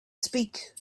speak